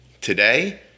Today